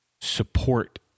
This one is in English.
support